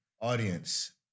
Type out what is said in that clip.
audience